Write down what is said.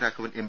Raghavan M